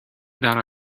that